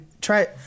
try